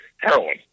heroin